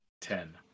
Ten